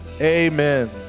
amen